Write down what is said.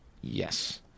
Yes